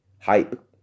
hype